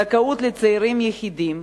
זכאות לצעירים יחידים,